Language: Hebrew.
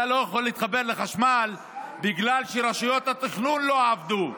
אתה לא יכול להתחבר לחשמל בגלל שרשויות התכנון לא עבדו.